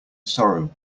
sorrow